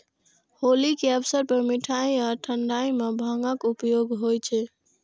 होली के अवसर पर मिठाइ आ ठंढाइ मे भांगक उपयोग होइ छै